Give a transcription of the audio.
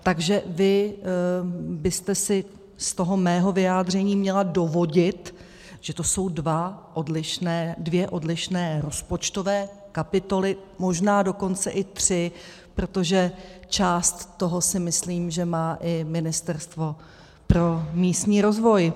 Takže vy byste si z toho mého vyjádření měla dovodit, že to jsou dvě odlišné rozpočtové kapitoly, možná dokonce i tři, protože část toho si myslím, že má i Ministerstvo pro místní rozvoj.